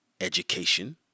Education